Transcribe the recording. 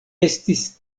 estis